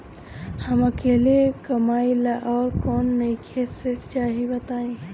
हम अकेले कमाई ला और कोई नइखे ऋण चाही बताई?